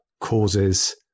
causes